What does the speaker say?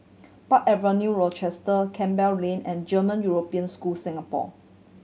Park Avenue Rochester Campbell Lane and German European School Singapore